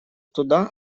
туда